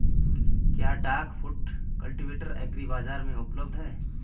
क्या duck foot cultivator agri बाज़ार में उपलब्ध है?